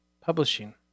Publishing